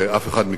מכם,